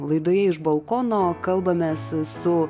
laidoje iš balkono kalbamės su